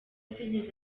atigeze